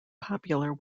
popular